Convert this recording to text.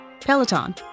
Peloton